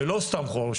ולא סתם חור.